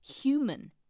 human